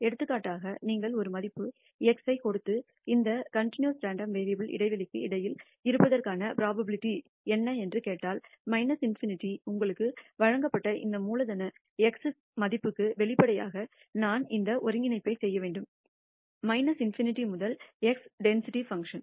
எடுத்துக்காட்டாக நீங்கள் ஒரு மதிப்பு x ஐக் கொடுத்து இந்த கன்டினியஸ் ரேண்டம் வேரியபுல் இடைவெளிக்கு இடையில் இருப்பதற்கான புரோபாபிலிடி என்ன என்று கேட்டால் ∞ உங்களுக்கு வழங்கப்பட்ட இந்த மூலதன x மதிப்புக்கு வெளிப்படையாக நான் இந்த ஒருங்கிணைப்பைச் செய்ய வேண்டும் ∞ முதல் x டென்சிட்டி பங்க்ஷன்